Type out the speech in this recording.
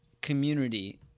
community